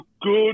good